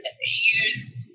use